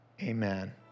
amen